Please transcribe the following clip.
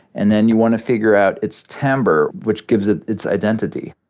and then, you want to figure out its timbre, which gives it its identity.